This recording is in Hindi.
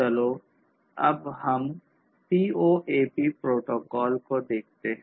चलो अब हम CoAP प्रोटोकॉल को देखते हैं